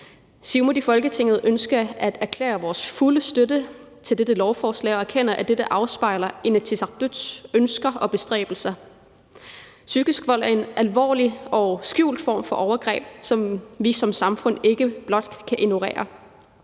Siumut i Folketinget ønsker at erklære vores fulde støtte til dette lovforslag og erkender, at det afspejler Inatsisartuts ønsker og bestræbelser. Psykisk vold er en alvorlig og skjult form for overgreb, som vi som samfund ikke blot kan ignorere.